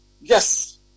yes